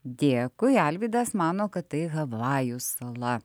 dėkui alvydas mano kad tai havajų sala